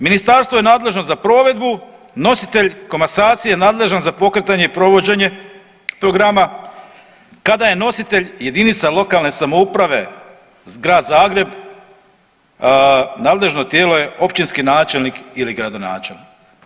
Ministarstvo je nadležno za provedbu, nositelj komasacije nadležan za pokretanje i provođenje programa kada je nositelj jedinica lokalne samouprave Grad Zagreb nadležno tijelo je općinski načelnik ili gradonačelnik.